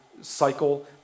cycle